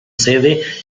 sede